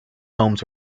homes